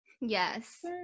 yes